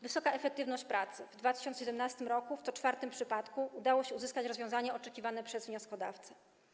Wysoka efektywność pracy - w 2017 r. w co czwartym przypadku udało się uzyskać rozwiązanie oczekiwane przez wnioskodawcę.